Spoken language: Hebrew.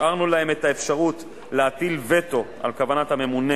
השארנו להם את האפשרות להטיל וטו על כוונת הממונה